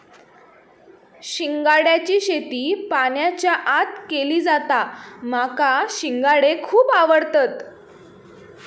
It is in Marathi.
शिंगाड्याची शेती पाण्याच्या आत केली जाता माका शिंगाडे खुप आवडतत